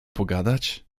pogadać